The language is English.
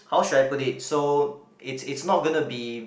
how should I put it so it's it's not gonna to be